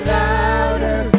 louder